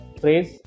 phrase